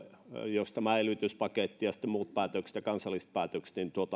jos lasketaan tämä elvytyspaketti ja sitten muut päätökset ja kansalliset päätökset